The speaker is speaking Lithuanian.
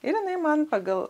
ir jinai man pagal